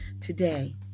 Today